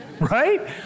Right